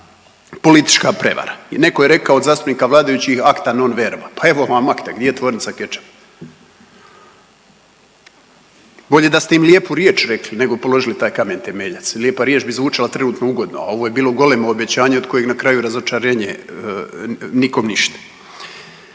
politička prevara. Netko je rekao od zastupnika vladajuća, acta, non verba, pa evo vam acta, gdje je tvornica kečapa? Bolje da ste im lijepu riječ rekli nego položili taj kamen temeljac, lijepa riječ bi zvučala trenutno ugodno, a ovoj je bilo golemo obećanje od kojeg na kraju razočarenje, nikom ništa.